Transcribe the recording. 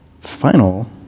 final